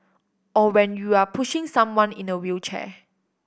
or when you're pushing someone in a wheelchair